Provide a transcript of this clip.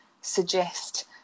suggest